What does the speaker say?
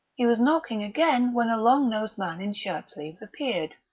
he was knocking again when a long-nosed man in shirt-sleeves appeared.